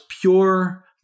pure